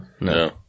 No